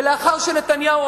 לאחר שנתניהו,